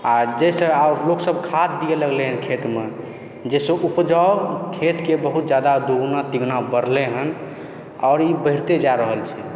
आ जाहिसँ आब लोगसभ खाद दिअ लगलय हन खेतमे जाहिसँ उपजा खेतके बहुत जादा दुगुना तिगुना बढ़लय हन आओर ई बढ़िते जा रहल छै